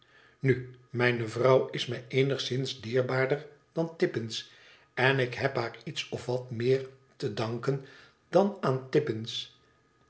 nu mijne vrouw is mij eenigszins dierbaarder dan tippins en ik heb haar iets of wat meer te danken dan aan tippins